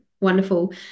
wonderful